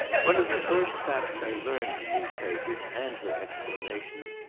one of the first facts i learned from these papers and her explanations,